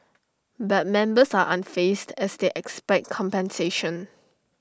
but members are unfazed as they expect compensation